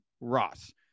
Ross